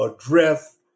address